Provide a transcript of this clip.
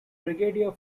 brigadier